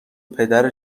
پدر